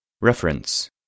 Reference